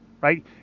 right